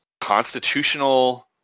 constitutional